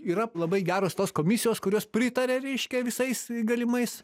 yra labai geros tos komisijos kurios pritaria reiškia visais galimais